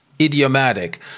idiomatic